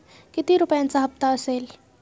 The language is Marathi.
किती रुपयांचा हप्ता असेल?